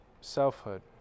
selfhood